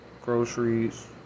groceries